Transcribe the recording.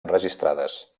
enregistrades